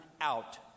out